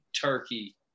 turkey